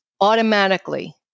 automatically